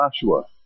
Joshua